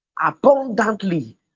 abundantly